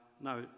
No